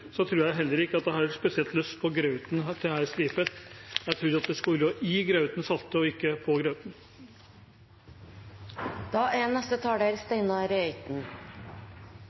tror jeg heller ikke at jeg har spesielt lyst på grauten til herr Strifeldt. Jeg trodde at saltet skulle være i grauten og ikke på